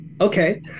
Okay